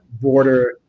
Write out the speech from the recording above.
border